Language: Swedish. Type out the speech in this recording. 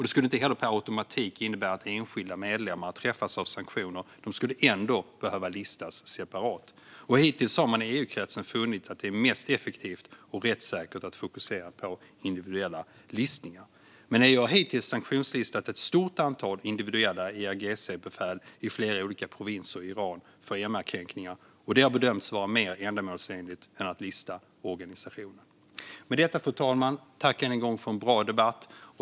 Det skulle inte heller per automatik innebära att enskilda medlemmar träffas av sanktioner. De skulle ändå behöva listas separat. Hittills har man i EU-kretsen funnit att det är mest effektivt och rättssäkert att fokusera på individuella listningar. Men EU har hittills sanktionslistat ett stort antal individuella IRGC-befäl i flera olika provinser i Iran för MR-kränkningar, och det har bedömts vara mer ändamålsenligt än att lista organisationer. Fru talman! Jag tackar än en gång för en bra debatt.